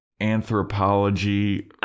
anthropology